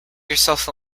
yourself